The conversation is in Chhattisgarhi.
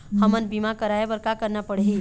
हमन बीमा कराये बर का करना पड़ही?